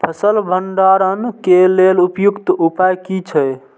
फसल भंडारण के लेल उपयुक्त उपाय कि छै?